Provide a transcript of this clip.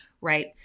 right